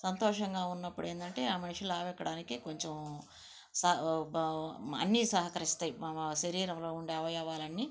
సంతోషంగా ఉన్నపుడు ఏంటంటేఆ మనిషి లావెక్కడానికి కొంచెం అన్ని సహకరిస్తాయి శరీరంలో ఉండే అవయవాలు అన్నీ